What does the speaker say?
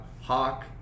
Hawk